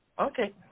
Okay